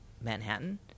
Manhattan